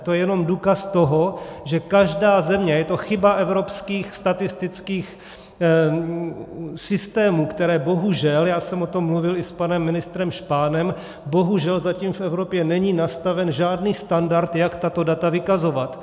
To je jenom důkaz toho, že každá země, a je to chyba evropských statistických systémů, které bohužel já jsem o tom mluvil i s panem ministrem Spahnem, bohužel zatím v Evropě není nastaven žádný standard, jak tato data vykazovat.